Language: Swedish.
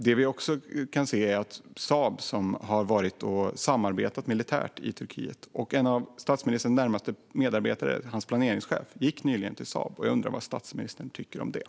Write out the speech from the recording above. Vi kan också se att Saab har samarbetat militärt med Turkiet. En av statsministerns närmaste medarbetare, hans planeringschef, gick nyligen till Saab. Jag undrar vad statsministern tycker om detta.